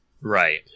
Right